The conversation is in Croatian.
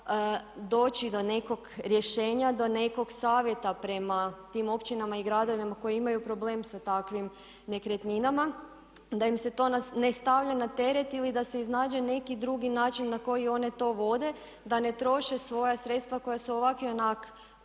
doći do nekog rješenja, do nekog savjeta prema tim općinama i gradovima koji imaju problem sa takvim nekretninama, da im se to ne stavlja na teret ili da se iznađe neki drugi način na koji one to vode, da ne troše svoja sredstva koja su ovak i